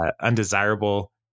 undesirable